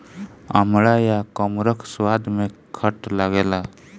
अमड़ा या कमरख स्वाद में खट्ट लागेला